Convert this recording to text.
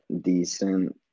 decent